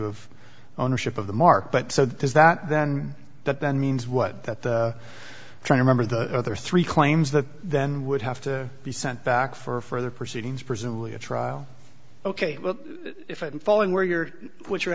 of ownership of the mark but so does that then that then means what that the trying member the other three claims that then would have to be sent back for further proceedings presumably a trial ok if i'm following where you're what you're